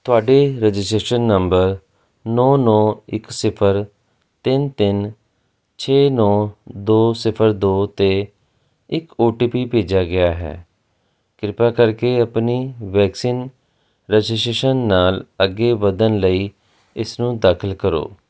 ਤੁਹਾਡੇ registration number ਨੌ ਨੌ ਇੱਕ ਸਿਫਰ ਤਿੰਨ ਤਿੰਨ ਛੇ ਨੌ ਦੋ ਸਿਫਰ ਦੋ 'ਤੇ ਇੱਕ ਓ ਟੀ ਪੀ ਭੇਜਿਆ ਗਿਆ ਹੈ ਕਿਰਪਾ ਕਰਕੇ ਆਪਣੀ ਵੈਕਸੀਨ ਰਜਿਸਟ੍ਰੇਸ਼ਨ ਨਾਲ ਅੱਗੇ ਵਧਣ ਲਈ ਇਸਨੂੰ ਦਾਖਲ ਕਰੋ